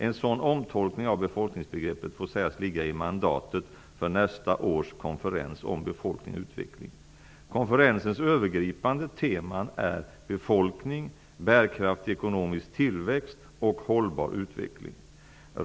En sådan omtolkning av befolkningsbegreppet får sägas ligga i mandatet för nästa års konferens om befolkning och utveckling. Bärkraft och ekonomisk tillväxt och Hållbar utveckling.